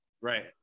Right